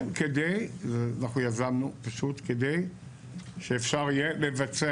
אנחנו יזמנו פשוט כדי שאפשר יהיה לבצע